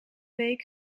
week